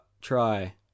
try